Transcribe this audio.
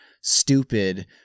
stupid